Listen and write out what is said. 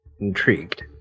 Intrigued